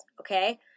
okay